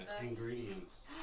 ingredients